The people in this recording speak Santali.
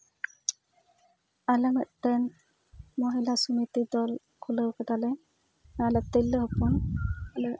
ᱟᱞᱮ ᱢᱤᱫᱴᱮᱱ ᱢᱚᱦᱤᱞᱟ ᱥᱚᱢᱤᱛᱤ ᱫᱚᱞ ᱠᱷᱩᱞᱟᱹᱣ ᱟᱠᱟᱫᱟᱞᱮ ᱟᱞᱮ ᱛᱤᱨᱞᱟᱹ ᱦᱚᱯᱚᱱ ᱟᱞᱮ